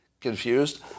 confused